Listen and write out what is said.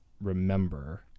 remember